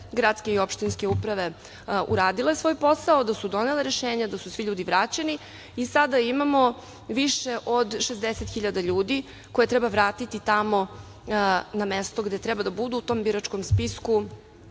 gradske i opštinske uprave uradile svoj posao, da su donele rešenje, da su svi ljudi vraćeni i sada imamo više od 60.000 ljudi koje treba vratiti tamo na mesto gde treba da budu u tom biračkom spisku,